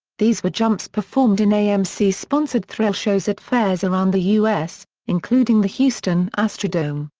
these were jumps performed in amc sponsored thrill shows at fairs around the us, including the houston astrodome,